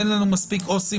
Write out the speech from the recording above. אין לנו מספיק עובדים